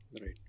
Right